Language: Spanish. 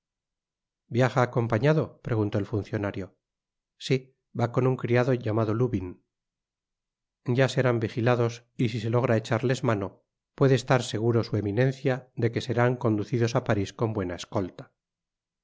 viaja acompañado preguntó el funcionario si va con un criado llamado lubin ya serán vigilados y si se logra echarles mano puede estar seguro su eminencia de que serán conducidos á paris con buena escolta y